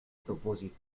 propósito